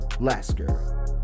Lasker